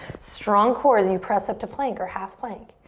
strong core as you press up to plank or half plank.